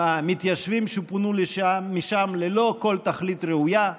עם המתיישבים שפונו משם ללא כל תכלית ראויה.